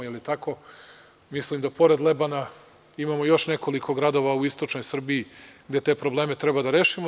Mislim da pored Lebana imamo još nekoliko gradova u istočnoj Srbiji gde te probleme treba da rešimo.